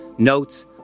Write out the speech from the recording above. notes